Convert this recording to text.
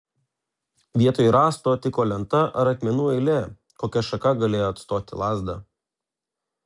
vietoj rąsto tiko lenta ar akmenų eilė kokia šaka galėjo atstoti lazdą